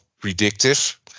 predictive